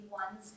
ones